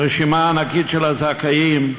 הרשימה הענקית של הזכאים,